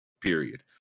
period